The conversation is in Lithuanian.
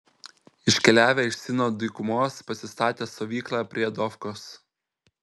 iškeliavę iš sino dykumos pasistatė stovyklą prie dofkos